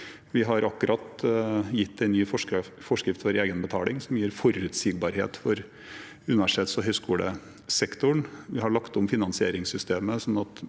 Vi har akkurat gitt en ny forskrift for egenbetaling, som gir forutsigbarhet for universitets- og høyskolesektoren. Vi har lagt om finansieringssystemet,